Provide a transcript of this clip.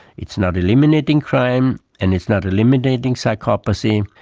it's not eliminating crime and it's not eliminating psychopathy,